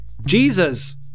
Jesus